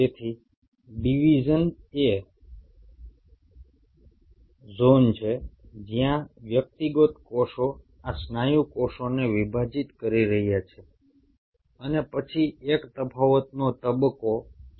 તેથી division A zone છે જ્યાં આ વ્યક્તિગત કોષો આ સ્નાયુ કોષોને વિભાજીત કરી રહ્યા છે અને પછી એક તફાવતનો તબક્કો છે